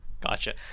gotcha